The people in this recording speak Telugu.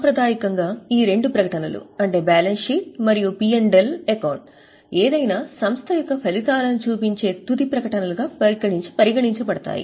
సాంప్రదాయకంగా ఈ రెండు ప్రకటనలు ఏదైనా సంస్థ యొక్క ఫలితాలను చూపించే తుది ప్రకటనలుగా పరిగణించబడ్డాయి